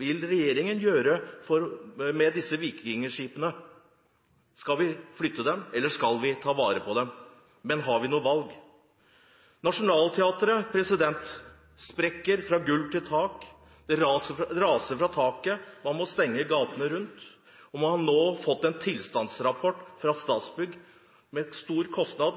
regjeringen vil gjøre med disse vikingskipene. Skal vi flytte dem, eller skal vi ta vare på dem? Har vi noe valg? Nationaltheatret sprekker fra gulv til tak. Det raser fra taket, og man må stenge gatene rundt. Man har nå fått en tilstandsrapport fra Statsbygg som viser en stor kostnad